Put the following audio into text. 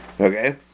Okay